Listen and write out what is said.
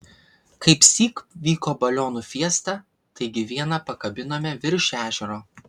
kaipsyk vyko balionų fiesta taigi vieną pakabinome virš ežero